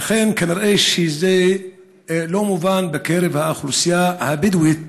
ולכן, כנראה, לא מובן שבקרב האוכלוסייה הבדואית